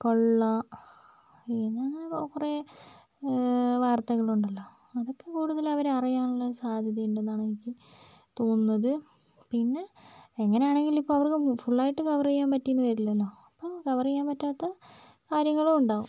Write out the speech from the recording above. കൊള്ള പിന്നെ അങ്ങനെ കുറേ കുറേ വാര്ത്തകള് ഉണ്ടല്ലോ അങ്ങനത്തെ കുടുതല് അവർ അറിയാനുള്ള സാധ്യത ഉണ്ടെന്നാണ് എനിക്ക് തോന്നുന്നത് പിന്നെ എങ്ങനെയാണെങ്കിലും ഇപ്പോൾ അവര്ക്ക് ഫുള് ആയിട്ട് കവര് ചെയ്യാന് പറ്റിയെന്ന് വരില്ലല്ലോ അപ്പോൾ കവര് ചെയ്യാന് പറ്റാത്ത കാര്യങ്ങളും ഉണ്ടാവും